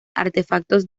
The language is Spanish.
artefactos